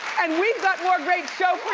and we've got more great show